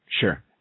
Sure